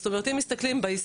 זאת אומרת אם מסתכלים בהיסטוריה,